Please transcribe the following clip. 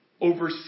Over